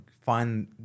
find